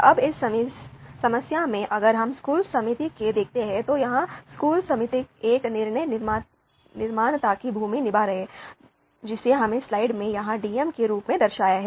अब इस समस्या में अगर हम स्कूल समिति को देखते हैं तो यहाँ स्कूल समिति एक निर्णय निर्माता की भूमिका निभा रही है जिसे हमने स्लाइड में यहाँ डीएम के रूप में दर्शाया है